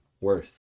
worth